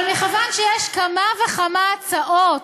אבל מכיוון שיש כמה וכמה הצעות